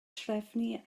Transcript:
trefnu